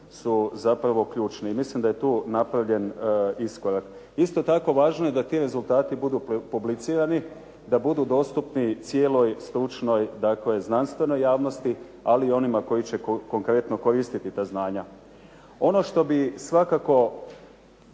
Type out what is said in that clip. su zapravo ključni i mislim da je tu napravljen iskorak. Isto tako važno je da ti rezultati budu publicirani, da budu dostupni cijeloj stručnoj dakle znanstvenoj javnosti, ali i onima koji će konkretno koristiti ta znanja. Ono što bi svakako